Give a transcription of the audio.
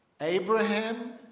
Abraham